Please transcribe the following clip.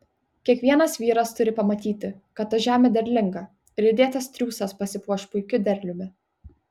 kiekvienas vyras turi pamatyti kad ta žemė derlinga ir įdėtas triūsas pasipuoš puikiu derliumi